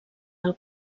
del